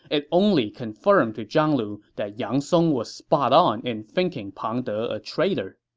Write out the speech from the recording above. it only confirmed to zhang lu that yang song was spot on in thinking pang de a traitor